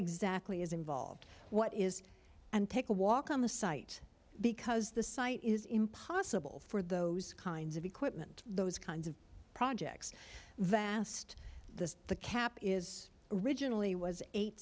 exactly is involved what is and take a walk on the site because the site is impossible for those kinds of equipment those kinds of projects vast the the cap is originally was eight